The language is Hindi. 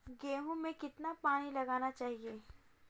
गेहूँ में कितना पानी लगाना चाहिए?